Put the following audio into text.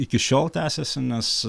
iki šiol tęsiasi nes